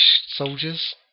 soldiers